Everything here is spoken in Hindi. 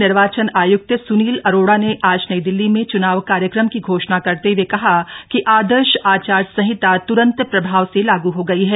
मुख्य निर्वाचन आय्क्त सुनील अरोड़ा ने आज नई दिल्ली में च्नाव कार्यक्रम की घोषणा करते हए कहा कि आदर्श आचार संहिता त्रंत प्रभाव से लागू हो गई है